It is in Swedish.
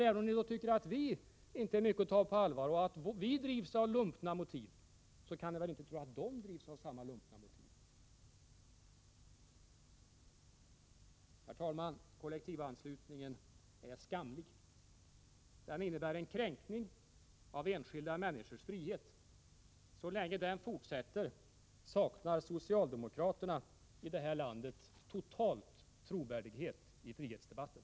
Även om ni anser att vi inte är värda att ta på allvar och att vi drivs av lumpna motiv, kan ni väl inte tro att de drivs av samma lumpna motiv. Herr talman! Kollektivanslutningen är skamlig. Den innebär en kränkning av enskilda människors frihet. Så länge den fortsätter saknar socialdemokraterna i det här landet totalt trovärdighet i frihetsdebatten.